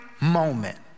moment